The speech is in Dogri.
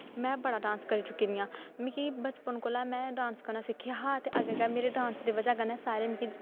में बड़ा डांस करी चुकी दी आं मिगी बचपन कोला में डांस करना सिक्खेआ हा ते अग्गें अग्गें मेरे डांस दी बजह् कन्नै सारे मिगी